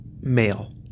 male